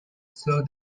saw